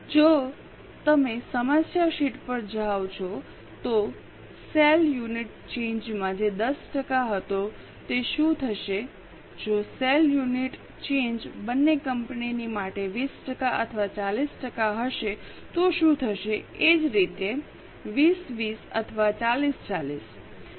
જો તમે સમસ્યા શીટ પર જાઓ છો તો સેલ યુનિટ ચેન્જમાં જે 10 ટકા હતો તે શું થશે જો સેલ યુનિટ ચેન્જ બંને કંપની માટે 20 ટકા અથવા 40 ટકા હશે તો શું થશે એ જ રીતે 20 20 અથવા 40 40